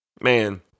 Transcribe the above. man